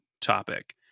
topic